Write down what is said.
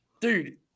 dude